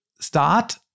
start